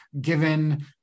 given